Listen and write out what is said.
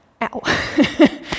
Ow